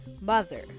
Mother